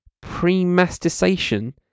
pre-mastication